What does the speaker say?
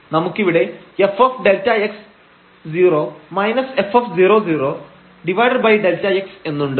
നമുക്കിവിടെ fΔx 0 f00Δx എന്നുണ്ട്